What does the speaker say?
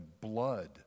blood